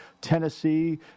Tennessee